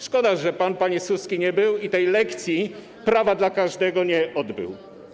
Szkoda, że pan, panie Suski, tam nie był i tej lekcji prawa dla każdego nie odbył.